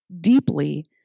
deeply